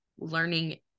Learning